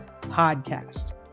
podcast